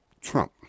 Trump